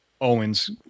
Owens